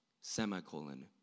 semicolon